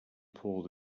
pulled